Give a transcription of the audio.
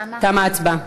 ואלו תוצאות ההצבעה: